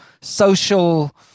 social